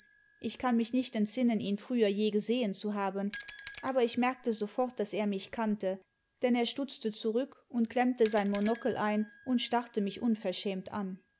ich kann mich nicht entsinnen ihn früher je gesehen zu haben aber ich merkte sofort daß er mich kannte denn er stutzte zurück und klemmte sein monocle ein imd starrte mich unverschämt an